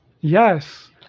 Yes